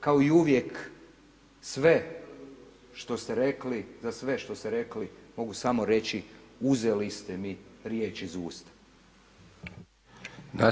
Kao i uvijek sve što ste rekli, za sve što ste rekli mogu samo reći uzeli ste mi riječ iz usta.